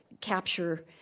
capture